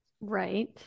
Right